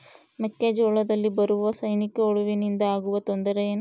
ಮೆಕ್ಕೆಜೋಳದಲ್ಲಿ ಬರುವ ಸೈನಿಕಹುಳುವಿನಿಂದ ಆಗುವ ತೊಂದರೆ ಏನು?